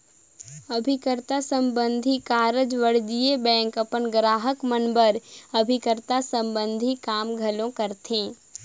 अभिकर्ता संबंधी कारज वाणिज्य बेंक अपन गराहक मन बर अभिकर्ता संबंधी काम घलो करथे